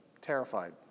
terrified